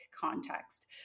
context